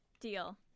Deal